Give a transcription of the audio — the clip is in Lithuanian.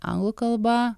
anglų kalba